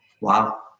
Wow